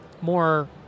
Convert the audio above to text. more